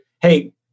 hey